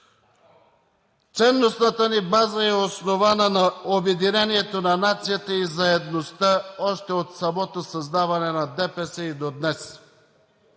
Ценностната ни база е основата на обединението на нацията и заедността още от самото създаване на ДПС и до днес.